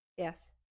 Yes